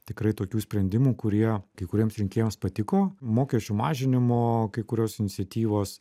tikrai tokių sprendimų kurie kai kuriems rinkėjams patiko mokesčių mažinimo kai kurios iniciatyvos